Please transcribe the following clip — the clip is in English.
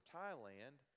Thailand